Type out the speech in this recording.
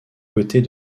côtés